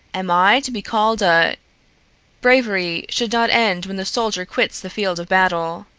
am i to be called a bravery should not end when the soldier quits the field of battle.